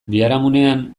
biharamunean